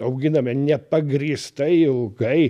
auginame nepagrįstai ilgai